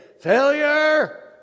failure